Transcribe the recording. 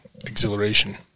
exhilaration